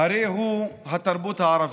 הרי הוא התרבות הערבית,